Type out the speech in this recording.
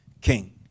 king